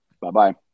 Bye-bye